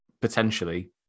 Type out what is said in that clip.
potentially